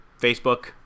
Facebook